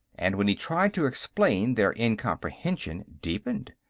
and when he tried to explain their incomprehension deepened.